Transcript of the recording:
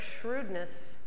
shrewdness